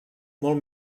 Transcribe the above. molt